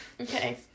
Okay